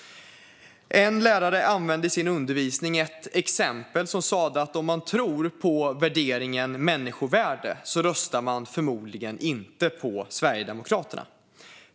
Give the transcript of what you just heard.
En lärare använde i sin undervisning ett exempel som sa att om man tror på värderingen människovärde röstar man förmodligen inte på Sverigedemokraterna.